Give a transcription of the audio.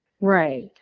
Right